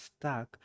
stuck